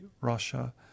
Russia